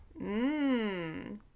Mmm